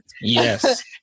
Yes